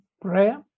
prayer